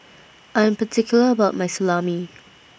I'm particular about My Salami